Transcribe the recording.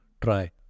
try